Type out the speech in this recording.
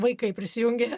vaikai prisijungė